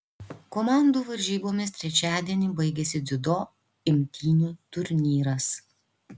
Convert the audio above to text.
komandų varžybomis trečiadienį baigiasi dziudo imtynių turnyras